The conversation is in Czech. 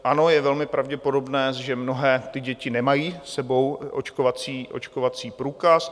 Ano, je velmi pravděpodobné, že mnohé ty děti nemají s sebou očkovací průkaz.